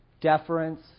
deference